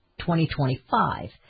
2025